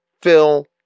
Phil